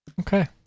Okay